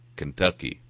kentucky,